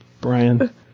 Brian